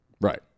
Right